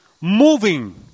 moving